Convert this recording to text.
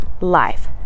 life